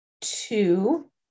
two